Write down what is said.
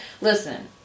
Listen